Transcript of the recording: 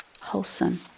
wholesome